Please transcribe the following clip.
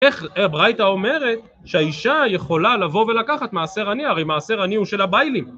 איך ברייטה אומרת שהאישה יכולה לבוא ולקחת מעשר עני, הרי מעשר עני הוא של הביילים